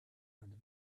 under